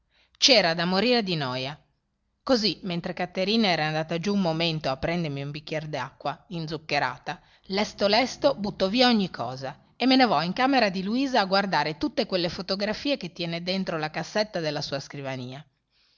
c'era da morire di noia così mentre caterina era andata giù un momento a prendermi un bicchiere di acqua inzuccherata lesto lesto butto via ogni cosa e me ne vo in camera di luisa a guardare tutte quelle fotografie che tiene dentro la cassetta della sua scrivania